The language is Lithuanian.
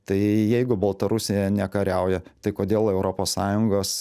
tai jeigu baltarusija nekariauja tai kodėl europos sąjungos